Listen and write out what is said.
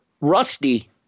rusty